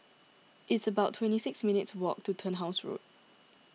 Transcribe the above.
it's about twenty six minutes' walk to Turnhouse Road